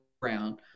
Brown